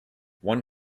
one